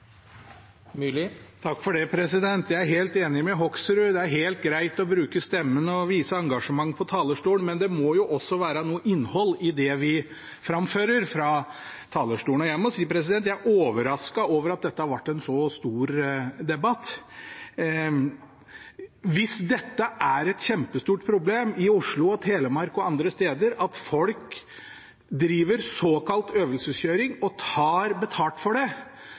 det er helt greit å bruke stemmen og vise engasjement fra talerstolen, men det må jo også være noe innhold i det vi framfører fra talerstolen. Jeg må si at jeg er overrasket over at dette ble en så stor debatt. Hvis det at folk driver såkalt øvelseskjøring og tar betalt for det, er et kjempestort problem i Oslo, i Telemark og andre steder, er det for meg uforståelig at